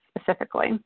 specifically